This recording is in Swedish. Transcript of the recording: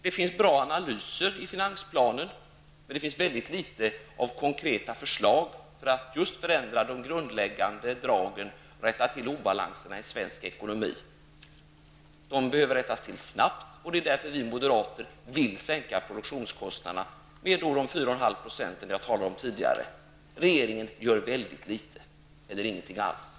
Det finns bra analyser i finansplanen, men det finns väldigt litet av konkreta förslag för att just förändra de grundlägganden dragen, rätta till obalanserna i svensk ekonomi. De behöver rättas till snabbt, och det är därför vi moderater vill sänka produktionskostnaderna med de 4,5 % jag talade om tidigare. Regeringen gör väldigt litet eller ingenting alls.